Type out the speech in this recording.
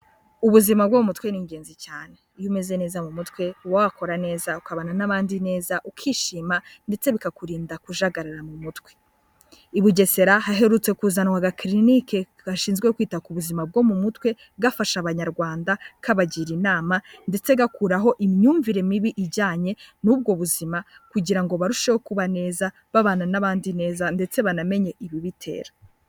Ubuzima bwo mu mutwe ni ingenzi cyane. Iyo umeze neza mu mutwe, uba wakora neza, ukabana n'abandi neza, ukishima ndetse bikakurinda kujagarara mu mutwe. I Bugesera haherutse kuzanwa agakirinike gashinzwe kwita ku buzima bwo mu mutwe, gafasha Abanyarwanda, kabagira inama, ndetse gakuraho imyumvire mibi ijyanye n'ubwo buzima, kugira ngo barusheho kuba neza, babana n'abandi neza ndetse banamenye ibibitera.